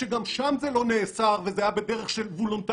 שגם שם זה לא נאסר וזה היה בדרך וולונטרית